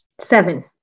Seven